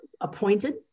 appointed